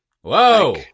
whoa